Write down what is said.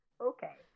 Okay